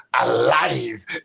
alive